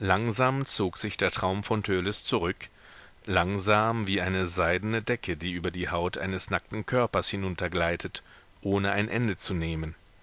langsam zog sich der traum von törleß zurück langsam wie eine seidene decke die über die haut eines nackten körpers hinuntergleitet ohne ein ende zu nehmen